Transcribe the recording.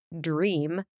dream